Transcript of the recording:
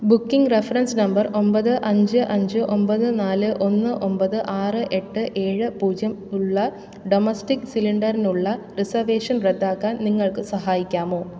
booking reference number ഒമ്പത് അഞ്ച് അഞ്ച് ഒമ്പത് നാല് ഒന്ന് ഒമ്പത് ആറ് എട്ട് ഏഴ് പൂജ്യം ഉള്ള ഡൊമസ്റ്റിക് സിലിണ്ടറിനുള്ള റിസർവേഷൻ റദ്ദാക്കാൻ നിങ്ങൾക്ക് സഹായിക്കാമോ